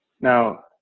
Now